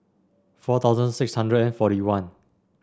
four thousand six hundred and forty one